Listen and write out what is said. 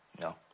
No